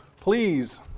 Please